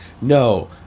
no